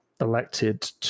elected